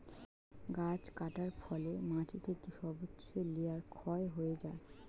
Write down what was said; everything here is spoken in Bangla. গাছ কাটার ফলে মাটি থেকে সর্বোচ্চ লেয়ার ক্ষয় হয়ে যায়